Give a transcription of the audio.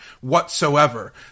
whatsoever